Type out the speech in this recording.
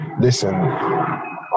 listen